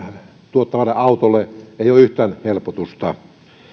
tuottavalle autolle tule yhtään helpotusta